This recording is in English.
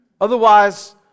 Otherwise